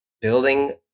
building